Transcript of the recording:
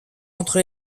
entre